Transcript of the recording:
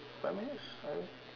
five minutes sorry